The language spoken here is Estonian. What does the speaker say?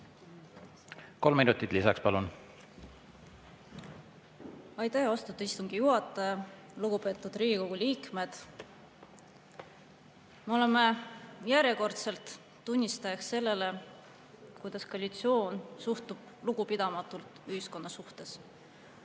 Kolm minutit lisaks, palun! Aitäh, austatud istungi juhataja! Lugupeetud Riigikogu liikmed! Me oleme järjekordselt tunnistajaks sellele, kuidas koalitsioon suhtub lugupidamatult ühiskonda.